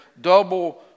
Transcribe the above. double